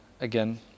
again